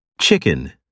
Chicken